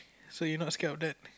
so you not scared of that